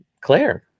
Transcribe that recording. claire